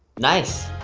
nice.